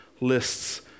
lists